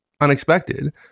unexpected